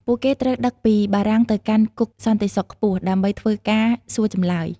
ពួកគេត្រូវដឹកពីបារាំងទៅកាន់គុកសន្តិសុខខ្ពស់ ដើម្បីធ្វើការសួរចម្លើយ។